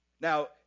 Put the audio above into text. Now